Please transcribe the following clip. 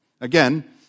Again